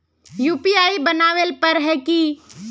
UPI बनावेल पर है की?